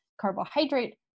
carbohydrate